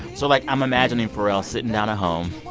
so like, i'm imagining pharrell sitting down at home,